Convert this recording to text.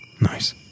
Nice